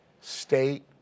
state